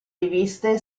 riviste